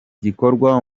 gikorwa